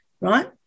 right